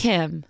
Kim